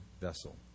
vessel